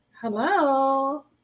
Hello